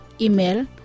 Email